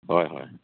হয় হয়